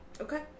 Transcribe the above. Okay